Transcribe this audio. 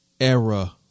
era